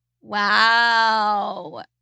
Wow